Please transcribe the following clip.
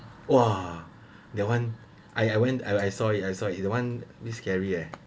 !wah! that one I I went I saw it I saw it that one is scary eh